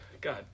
God